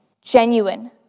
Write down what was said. genuine